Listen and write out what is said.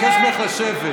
אני מבקש ממך לשבת.